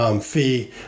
fee